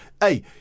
hey